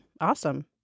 Awesome